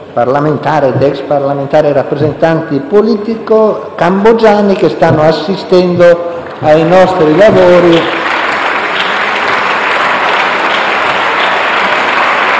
parlamentari, ex parlamentari e politici cambogiani, che stanno assistendo ai nostri lavori,